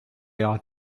ought